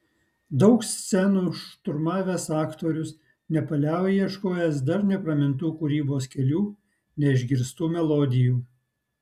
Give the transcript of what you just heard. daug scenų šturmavęs aktorius nepaliauja ieškojęs dar nepramintų kūrybos kelių neišgirstų melodijų